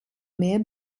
mehr